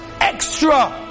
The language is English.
extra